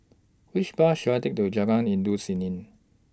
Which Bus should I Take to Jalan Endut Senin